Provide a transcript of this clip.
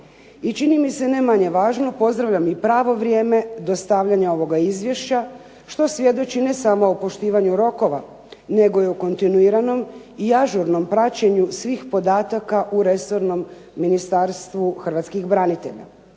I čini mi se ne manje važno pozdravljam i pravo vrijeme dostavljanja ovoga izvješća što svjedoči ne samo o poštivanju rokova nego i o kontinuiranom i ažurnom praćenju svih podataka u resornom Ministarstvu hrvatskih branitelja.